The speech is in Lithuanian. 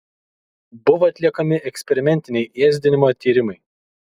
buvo atliekami eksperimentiniai ėsdinimo tyrimai